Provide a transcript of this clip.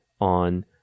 on